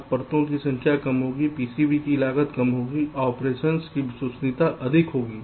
अब परतों की संख्या कम होगी PCB की लागत कम होगी ऑपरेशन की विश्वसनीयता अधिक होगी